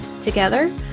Together